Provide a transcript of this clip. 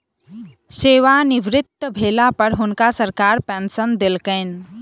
सेवानिवृत भेला पर हुनका सरकार पेंशन देलकैन